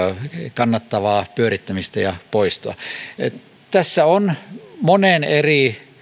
kannattavaa pyörittämistä ja poistoa tässä on monen eri